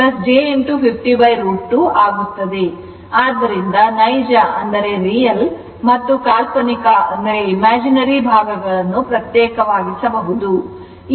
ಆದ್ದರಿಂದ ನೈಜ ಮತ್ತು ಕಾಲ್ಪನಿಕ ಭಾಗಗಳನ್ನು ಪ್ರತ್ಯೇಕವಾಗಿಸಬಹುದು